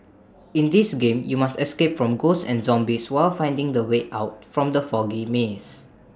in this game you must escape from ghosts and zombies while finding the way out from the foggy maze